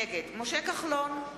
נגד משה כחלון,